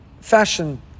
fashion